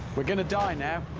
we're going to die now.